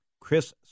Chris